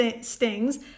stings